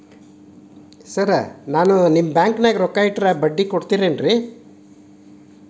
Sir ನಾನು ನಿಮ್ಮ ಬ್ಯಾಂಕನಾಗ ರೊಕ್ಕ ಇಟ್ಟರ ಬಡ್ಡಿ ಕೊಡತೇರೇನ್ರಿ?